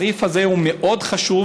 הסעיף הזה הוא מאוד חשוב,